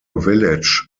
village